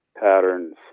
patterns